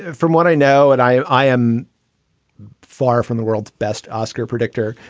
and from what i know and i i am far from the world's best oscar predictor.